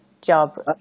job